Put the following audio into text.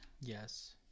Yes